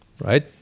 right